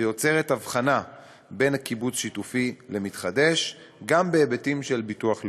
ויוצרת הבחנה בין קיבוץ שיתופי למתחדש גם בהיבטים של הביטוח הלאומי,